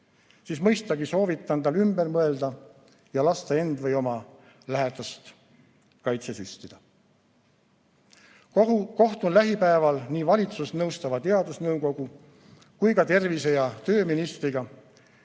siis mõistagi soovitaksin tal ümber mõelda ja lasta end või oma lähedast kaitsesüstida. Kohtun lähipäevil nii valitsust nõustava teadusnõukoja kui ka tervise- ja tööministriga,